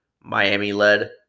Miami-led